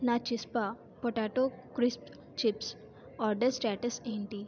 నా చిస్పా potato crisps chips order status ఏంటి